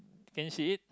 can you see it